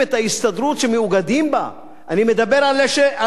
אני מדבר על אלה שיכולים לבחור ולהיבחר,